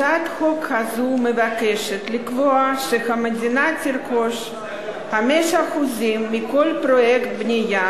הצעת החוק הזאת מבקשת לקבוע שהמדינה תרכוש 5% מכל פרויקט בנייה